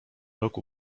rok